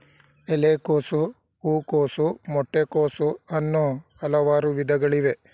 ಎಲೆಕೋಸು, ಹೂಕೋಸು, ಮೊಟ್ಟೆ ಕೋಸು, ಅನ್ನೂ ಹಲವಾರು ವಿಧಗಳಿವೆ